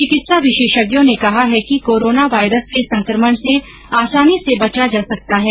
चिकित्सा विशेषज्ञों ने कहा है कि कोरोना वायरस के संक्रमण से आसानी से बचा जा सकता है